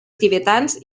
tibetans